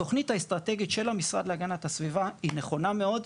התוכנית האסטרטגית של המשרד להגנת הסביבה היא נכונה מאוד,